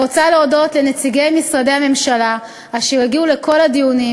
אני רוצה להודות לנציגי משרדי הממשלה אשר הגיעו לכל הדיונים